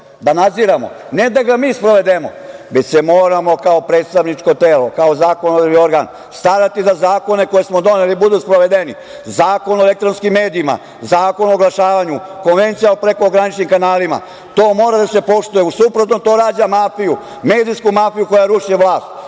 da nadziremo, ne da ga mi sprovedemo, već se moramo kao predstavničko telo, kao zakonodavni organ starati da zakone koje smo doneli i budu sprovedeni. Zakon o elektronskim medijima, Zakon o oglašavanju, Konvencija o prekograničnim kanalima, to mora da se poštuje. U suprotnom, to rađa mafiju. Medijsku mafiju koja ruši vlast.